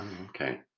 Okay